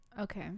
Okay